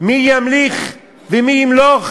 מי ימליך ומי ימלוך.